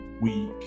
week